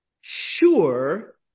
sure